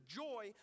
joy